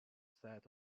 set